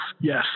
yes